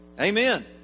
Amen